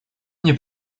мне